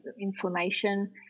inflammation